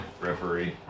referee